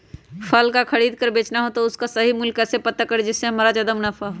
फल का खरीद का बेचना हो तो उसका सही मूल्य कैसे पता करें जिससे हमारा ज्याद मुनाफा हो?